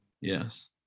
Yes